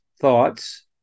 thoughts